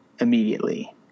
immediately